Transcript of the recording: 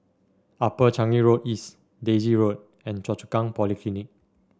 Upper Changi Road East Daisy Road and Choa Chu Kang Polyclinic